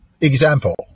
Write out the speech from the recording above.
example